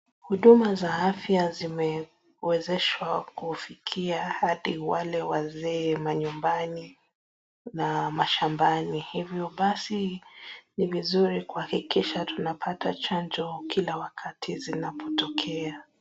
Huduma za afya zimewezeshwa kufikia hadi wale wazee manyumbani na mashambani. Hivyo basi ni vizuri kuhakikisha tunapata chanjo kila wakati zinapotokea.